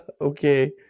Okay